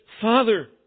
Father